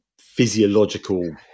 physiological